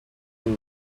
lake